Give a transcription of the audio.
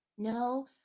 No